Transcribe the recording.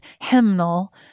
hymnal